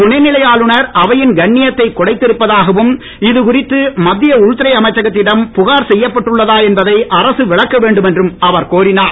துணைநிலை ஆளுநர் அவையின் கண்ணியத்தை குலைத்திருப்பதாகவும் இது குறித்து மத்திய உள்துறை அமைச்சகத்திடம் புகார் செய்யப்பட்டுள்ளதா என்பதை அரசு விளக்க வேண்டும் என்றும் அவர் கோரினார்